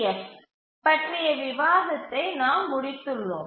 F பற்றிய விவாதத்தை நாம் முடித்துள்ளோம்